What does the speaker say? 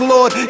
Lord